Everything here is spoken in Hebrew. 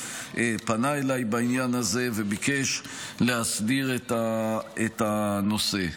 פנה אליי בעניין הזה וביקש להסדיר את הנושא.